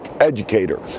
educator